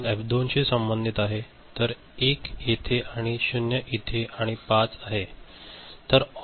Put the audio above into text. D 1 हे F 2 शी संबंधित आहे तर 1 येथे आणि 0 इथे आणि 5 आहे